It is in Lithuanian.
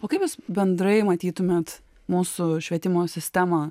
o kaip jūs bendrai matytumėt mūsų švietimo sistemą